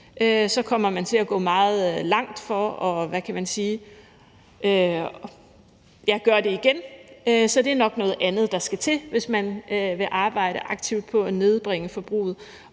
kommer man til at gå meget langt for at gøre det igen. Så det er nok noget andet, der skal til, hvis man vil arbejde aktivt på at nedbringe forbruget.